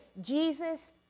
jesus